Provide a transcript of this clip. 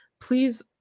please